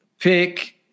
Pick